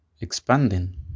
expanding